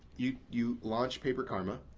you you launch paper karma,